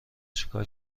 چیکار